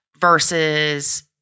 versus